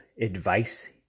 advice